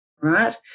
right